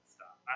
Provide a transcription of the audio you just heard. Stop